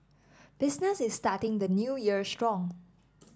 business is starting the New Year strong